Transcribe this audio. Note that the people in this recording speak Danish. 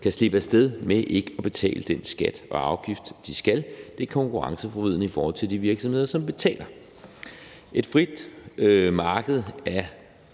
kan slippe af sted med ikke at betale den skat og afgift, de skal. Det er konkurrenceforvridende i forhold til de virksomheder, som betaler. Et frit marked er